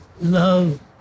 love